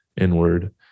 inward